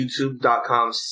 youtube.com